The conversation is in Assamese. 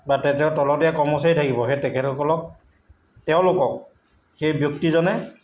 বা তেখেতৰ তলতে কৰ্মচাৰী থাকিব সেই তেখেতসকলক তেওঁলোকক সেই ব্যক্তিজনে